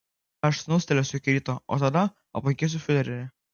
aš snustelėsiu iki ryto o tada aplankysiu fiurerį